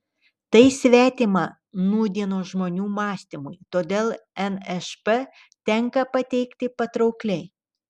tai svetima nūdienos žmonių mąstymui todėl nšp tenka pateikti patraukliai